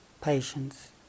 patience